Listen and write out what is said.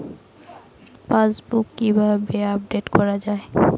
Passbook কিভাবে update করা হয়?